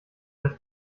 des